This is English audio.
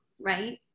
right